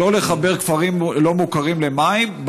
שלא לחבר כפרים לא מוכרים למים,